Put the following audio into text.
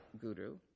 guru